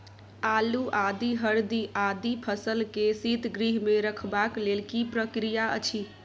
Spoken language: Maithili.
आलू, आदि, हरदी आदि फसल के शीतगृह मे रखबाक लेल की प्रक्रिया अछि?